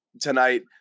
tonight